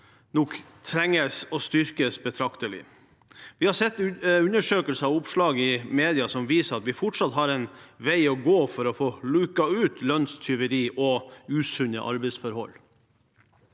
nok trenger å styrkes betraktelig. Vi har sett undersøkelser og oppslag i mediene som viser at vi fortsatt har en vei å gå for å få luket ut lønnstyverier og usunne arbeidsforhold.